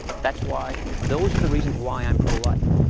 that's why those are the reasons why i'm pro-life.